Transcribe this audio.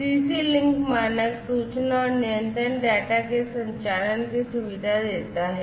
CC link मानक सूचना और नियंत्रण डेटा के संचरण की सुविधा देता है